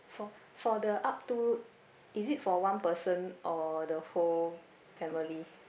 for for the up to is it for one person or the whole family